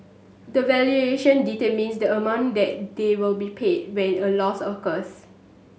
the valuation determines the amount that they will be paid when a loss occurs